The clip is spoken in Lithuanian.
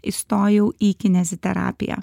įstojau į kineziterapiją